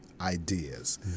ideas